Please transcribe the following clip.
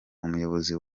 umuyobozi